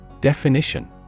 Definition